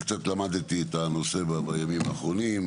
אני קצת למדתי את הנושא בימים האחרונים,